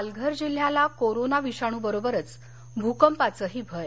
पालघर जिल्ह्याला कोरोना विषाण बरोबरच भकंपाचेही भय